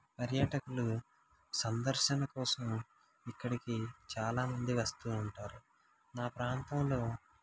పర్యాటకులు సందర్శన కోసం ఇక్కడికి చాలామంది వస్తూ ఉంటారు మా ప్రాంతంలో